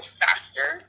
faster